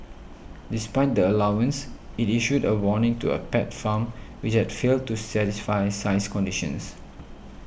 despite the allowance it issued a warning to a pet farm which had failed to satisfy size conditions